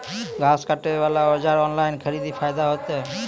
घास काटे बला औजार ऑनलाइन खरीदी फायदा होता?